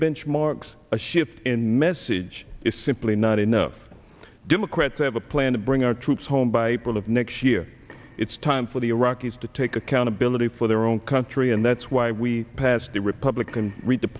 benchmarks a shift in message is simply not enough democrats have a plan to bring our troops home by poll of next year it's time for the iraqis to take accountability for their own country and that's why we passed the republican re